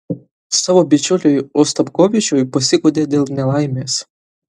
savo bičiuliui ostapkovičiui pasiguodė dėl nelaimės